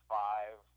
five